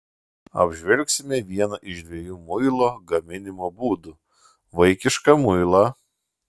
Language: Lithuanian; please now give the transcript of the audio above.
apžvelgsime vieną iš dviejų muilo gaminimo būdų vaikišką muilą